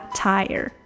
tire